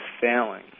failing